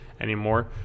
anymore